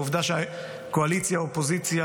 העובדה שהקואליציה והאופוזיציה